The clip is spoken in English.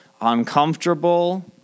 uncomfortable